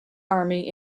army